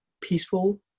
peaceful